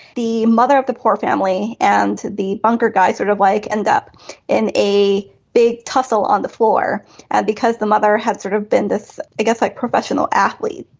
the mother of the poor family and the banker guy sort of like end up in a big tussle on the floor because the mother had sort of been this gets like professional athlete.